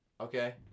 Okay